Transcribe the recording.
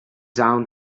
down